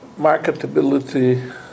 marketability